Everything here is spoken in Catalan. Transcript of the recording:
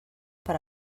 per